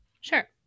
sure